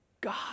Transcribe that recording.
God